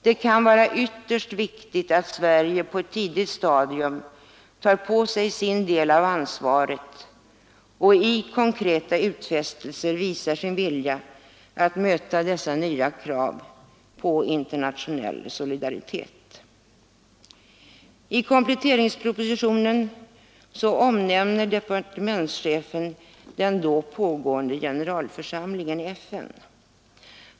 Det kan vara ytterst viktigt att Sverige på ett tidigt stadium tar på sig sin del av ansvaret och i konkreta utfästelser visar sin vilja att möta dessa nya krav på internationell solidaritet. I kompletteringspropositionen omnämner departementschefen den då pågående generalförsamlingen i FN.